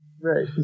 Right